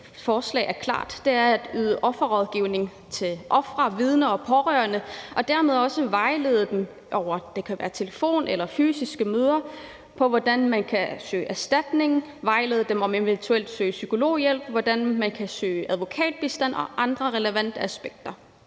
forslag er klart. Det er at yde offerrådgivning til ofre, vidner og pårørende og dermed også vejlede dem, det kan være over telefon eller gennem fysiske møder, i, hvordan man kan søge erstatning, om man eventuelt skal søge psykologhjælp, hvordan man kan søge advokatbistand, og andre relevante aspekter.